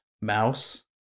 mouse